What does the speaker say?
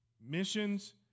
missions